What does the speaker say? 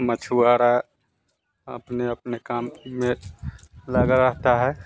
मछुआरा अपने अपने काम में लगा रहता है